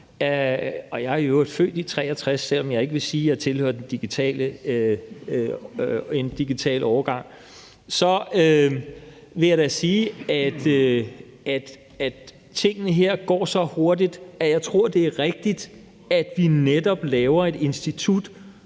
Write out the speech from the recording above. – jeg er i øvrigt født i 1963, selv om jeg ikke vil sige, at jeg tilhører en digital årgang – så vil jeg da sige, at tingene her går så hurtigt, at jeg tror, at det er rigtigt, at vi netop laver et institut,